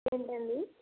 ఏంటండి